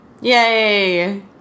Yay